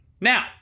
now